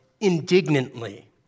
indignantly